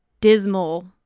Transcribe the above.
dismal